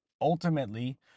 ultimately